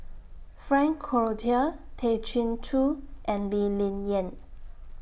Frank Cloutier Tay Chin Joo and Lee Ling Yen